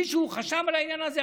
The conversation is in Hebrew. מישהו חשב על העניין הזה?